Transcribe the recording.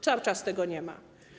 Cały czas tego nie ma.